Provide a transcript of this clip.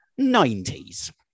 90s